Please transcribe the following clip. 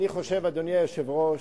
אני חושב, אדוני היושב-ראש,